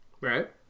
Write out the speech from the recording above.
right